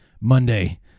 Monday